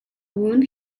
wound